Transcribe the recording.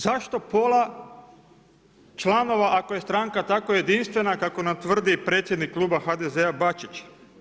Zašto pola članova ako je stranka tako jedinstvena kako nam tvrdi predsjednik Kluba HDZ-a Bačić?